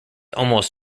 almost